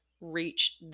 reach